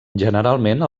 generalment